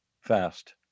fast